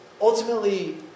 ultimately